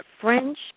French